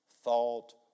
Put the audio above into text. Thought